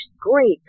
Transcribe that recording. great